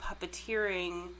puppeteering